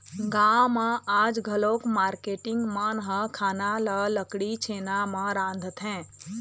गाँव म आज घलोक मारकेटिंग मन ह खाना ल लकड़ी, छेना म रांधथे